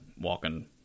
walking